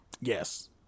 Yes